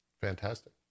fantastic